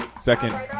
Second